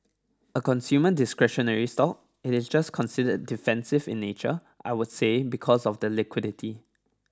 a consumer discretionary stock it is just considered defensive in nature I would say because of the liquidity